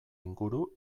inguru